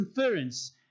inference